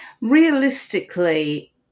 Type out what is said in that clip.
Realistically